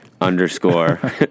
underscore